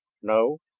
no,